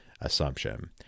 assumption